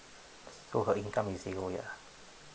so her income is zero yeah